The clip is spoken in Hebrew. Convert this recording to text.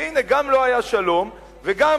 והנה, גם לא היה שלום וגם